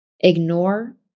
Ignore